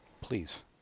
please